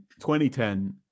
2010